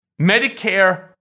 Medicare